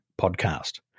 podcast